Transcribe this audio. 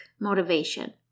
motivation